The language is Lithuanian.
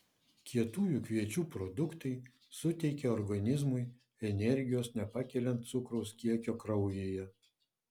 kietųjų kviečių produktai suteikia organizmui energijos nepakeliant cukraus kiekio kraujyje